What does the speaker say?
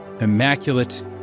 immaculate